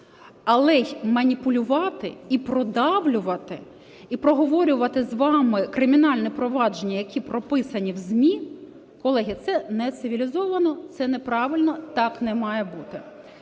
Але й маніпулювати і продавлювати, і проговорювати з вами кримінальні провадження, які прописані в ЗМІ, колеги, – це не цивілізовано, це неправильно, так не має бути.